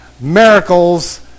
miracles